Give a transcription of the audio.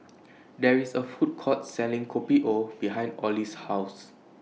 There IS A Food Court Selling Kopi O behind Olie's House